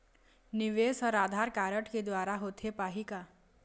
निवेश हर आधार कारड के द्वारा होथे पाही का?